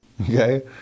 Okay